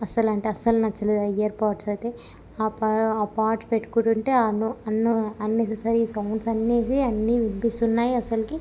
అస్సలంటే అస్సలు నచ్చలేదు ఆ ఇయర్ పోడ్స్ అయితే ఆ పో ఆ పోడ్ పెట్టుకుంటుంటే అన్నో అన్నో అన్నెససరీ సౌండ్స్ అన్నీ అన్నీ వినిపిస్తున్నాయి అస్సలు